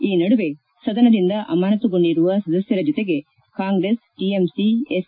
ಈ ನಡುವೆ ಸದನದಿಂದ ಅಮಾನತುಗೊಂಡಿರುವ ಸದಸ್ಲರ ಜೊತೆಗೆ ಕಾಂಗ್ರೆಸ್ ಟಿಎಂಸಿ ಎಸ್